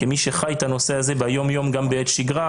כמי שחי את הנושא הזה ביום-יום גם בשגרה,